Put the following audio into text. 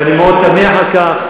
ואני מאוד שמח על כך.